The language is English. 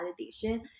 validation